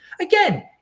again